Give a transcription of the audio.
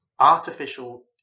Artificial